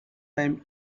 time